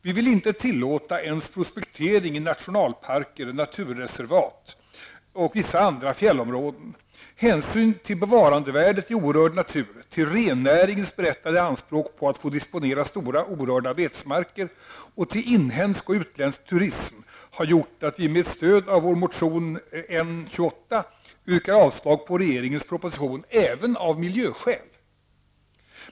Vi vill inte ens tillåta prospektering i nationalparker, naturreservat och vissa andra fjällområden. Hänsyn till bevarandevärdet i orörd natur, till rennäringens berättigade anspråk på att få disponera stora, orörda betesmarker och till inhemsk och utländsk turism har gjort att vi med stöd av vår motion N28 yrkar avslag på regeringens proposition även av miljöskäl.